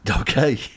Okay